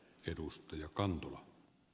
arvoisa puhemies